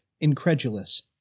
incredulous